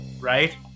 right